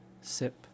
Sip